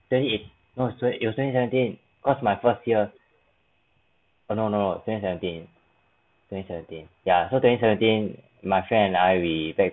twenty eight no it was twenty seventeen cause my first year oh no no no twenty seventeen twenty seventeen ya so twenty seventeen my friend and I we